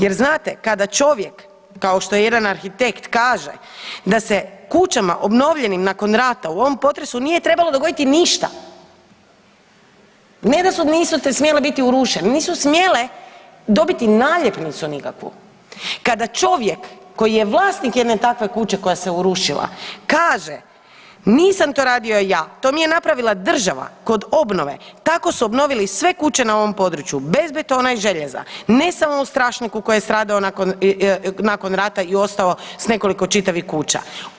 Jer znate kada čovjek kao što je jedan arhitekt kaže da se kućama obnovljenim nakon rata u ovom potresu nije trebalo dogoditi ništa, ne da nisu smjele biti urušene, nisu smjele dobiti naljepnicu nikakvu, kada čovjek koji je vlasnik jedne takve kuće koja se urušila kaže, nisam to radio ja to mi je napravila država kod obnove, tako su obnovili sve kuće na ovom području bez betona i željeza, ne samo u Strašniku koji je stradao nakon rata i ostao s nekoliko čitavih kuća.